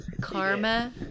karma